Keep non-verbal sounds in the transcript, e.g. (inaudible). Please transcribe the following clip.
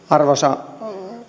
(unintelligible) arvoisa